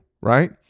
right